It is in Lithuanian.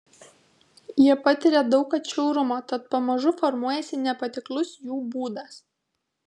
jie patiria daug atšiaurumo tad pamažu formuojasi nepatiklus jų būdas